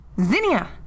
Zinnia